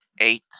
Eight